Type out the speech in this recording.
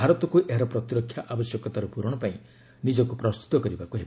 ଭାରତକୁ ଏହାର ପ୍ରତିରକ୍ଷା ଆବଶ୍ୟକତାର ପୂରଣ ପାଇଁ ନିଜକୁ ପ୍ରସ୍ତୁତ କରିବାକୁ ହେବ